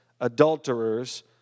adulterers